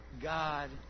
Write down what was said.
God